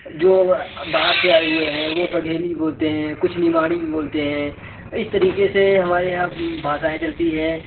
जो बाहर से आए हुए हैं वो बघेली बोलते हैं कुछ निमाड़ी भी बोलते हैं इस तरीके से हमारे यहाँ भाषाएं चलती हैं